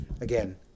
again